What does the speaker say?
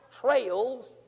trails